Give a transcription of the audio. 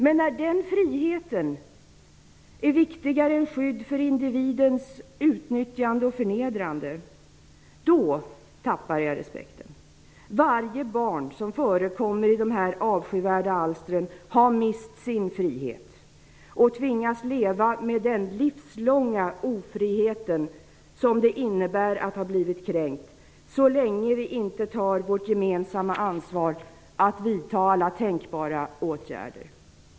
Men när den friheten är viktigare än skydd mot individens utnyttjande och förnedrande tappar jag respekten. Varje barn som förekommer i dessa avskyvärda alster har mist sin frihet och tvingas leva med den livslånga ofrihet som det innebär att ha blivit kränkt, så länge vi inte tar vårt gemensamma ansvar att vidta alla tänkbara åtgärder.